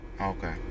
Okay